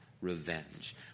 revenge